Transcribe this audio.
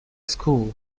school